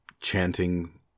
chanting